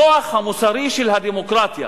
הכוח המוסרי של הדמוקרטיה